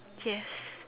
yes